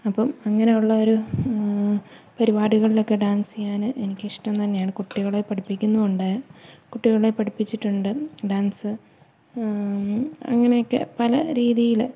അപ്പോള് അങ്ങനെയുള്ള ഒരു പരിപാടികളിലൊക്കെ ഡാൻസീയ്യാന് എനിക്കിഷ്ടം തന്നെയാണ് കുട്ടികളെ പഠിപ്പിക്കുന്നുമുണ്ട് കുട്ടികളെ പഠിപ്പിച്ചിട്ടുണ്ട് ഡാൻസ് അങ്ങനെയൊക്കെ പല രീതിയില്